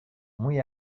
muy